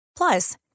Plus